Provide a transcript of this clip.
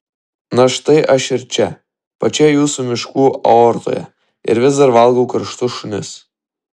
na štai aš ir čia pačioje jūsų miškų aortoje ir vis dar valgau karštus šunis